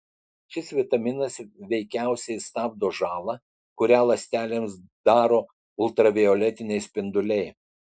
šis vitaminas veikiausiai stabdo žalą kurią ląstelėms daro ultravioletiniai spinduliai